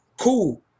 cool